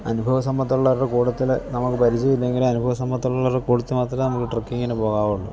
അനുഭവ സമ്പത്തുള്ളവരുടെ കൂട്ടത്തിൽ നമുക്ക് പരിചയമില്ലെങ്കിൽ അനുഭവ സമ്പത്തുള്ളവരുടെ കൂട്ടത്തിൽ മാത്രമേ നമ്മൾ ട്രക്കിങ്ങിന് പോകാവുള്ളൂ